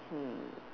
hmm